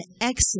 excellent